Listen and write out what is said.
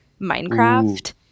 Minecraft